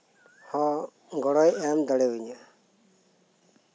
ᱟᱨ ᱜᱚᱲᱚᱭ ᱮᱢ ᱫᱟᱲᱮ ᱤᱧᱟᱹ